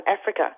Africa